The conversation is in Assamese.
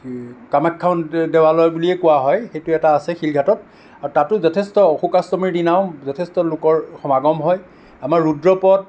কামাখ্যা দেৱালয় বুলিয়ে কোৱা হয় সেইটো এটা আছে শিলঘাটত আৰু তাতো যথেষ্ট অশোকাষ্টমীৰ দিনাও যথেষ্ট লোকৰ সমাগম হয় আমাৰ ৰূদ্ৰপদ